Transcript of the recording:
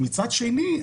מצד שני,